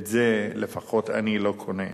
את זה לפחות אני לא קונה.